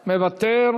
מוותר,